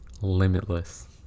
limitless